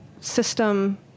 system